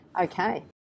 Okay